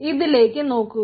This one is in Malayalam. ഇതിലേക്ക് നോക്കുക